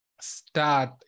start